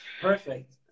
perfect